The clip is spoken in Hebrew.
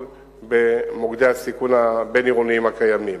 במוקדי הסיכון הבין-עירוניים הקיימים.